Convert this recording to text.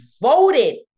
voted